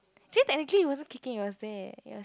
actually technically it wasn't kicking it was there it was